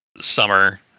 Summer